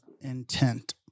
intent